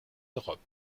europe